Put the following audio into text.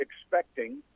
expecting